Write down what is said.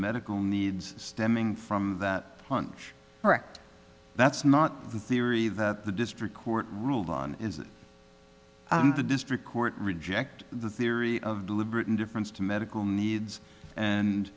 medical needs stemming from that lunch correct that's not the theory that the district court ruled on is that the district court reject the theory of deliberate indifference to medical needs and